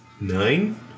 nine